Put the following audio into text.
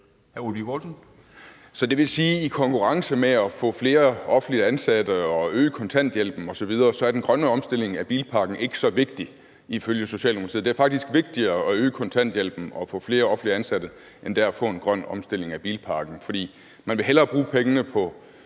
Så det vil sige, at i konkurrence med at få flere offentligt ansatte og øge kontanthjælpen osv. er den grønne omstilling af bilparken ikke så vigtig ifølge Socialdemokratiet. Det er faktisk vigtigere at øge kontanthjælpen og få flere offentligt ansatte, end det er at få en grøn omstilling af bilparken. For man vil hellere bruge pengene på